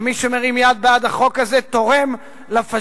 ומי שמרים יד בעד החוק הזה תורם לפאשיזם